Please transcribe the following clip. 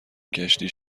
کشتی